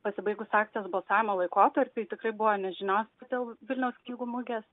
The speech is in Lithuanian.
pasibaigus akcijos balsavimo laikotarpiui tikrai buvo nežinios dėl vilniaus knygų mugės